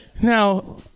Now